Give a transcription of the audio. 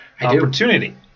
opportunity